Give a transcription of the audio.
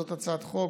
זו הצעת חוק